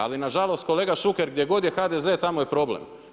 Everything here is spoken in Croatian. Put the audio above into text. Ali na žalost kolega Šuker gdje god je HDZ tamo je problem.